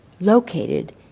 located